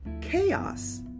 chaos